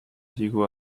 llegó